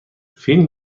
فیلم